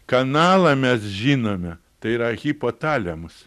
kanalą mes žinome tai yra hipotalemos